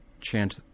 chant